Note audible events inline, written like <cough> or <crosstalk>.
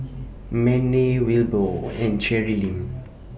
<noise> Manie Wilbur and Cherilyn